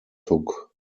took